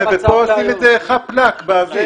ופה עושים חאפ לאפ באוויר.